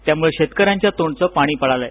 त्यामुळे शेतकऱ्यांच्या तोंडच पाणी पळालं आहे